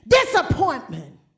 disappointment